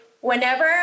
whenever